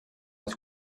les